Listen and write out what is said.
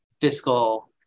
fiscal